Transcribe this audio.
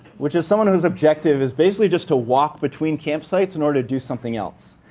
which is someone whose objective is basically just to walk between campsites in order to do something else.